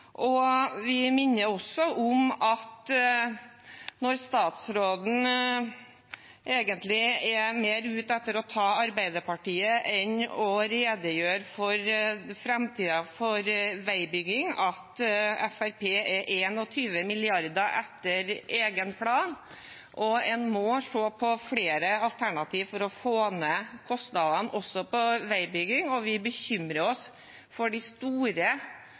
Når statsråden egentlig er mer ute etter å ta Arbeiderpartiet enn å redegjøre for framtiden for veibygging, minner vi om at Fremskrittspartiet er 21 mrd. kr etter egen plan. En må se på flere alternativer for å få ned kostnadene også på veibygging, og vi bekymrer oss for de store